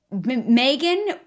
Megan